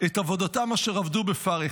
"את עבודתם אשר עבדו בפרך".